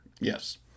Yes